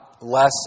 less